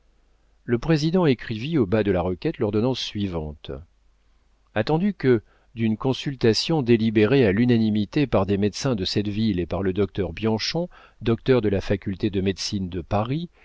le président écrivit au bas de la requête l'ordonnance suivante attendu que d'une consultation délibérée à l'unanimité par les médecins de cette ville et par le docteur bianchon docteur de la faculté de médecine de paris